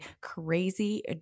crazy